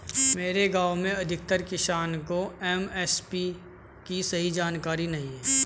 मेरे गांव में अधिकतर किसान को एम.एस.पी की सही जानकारी नहीं है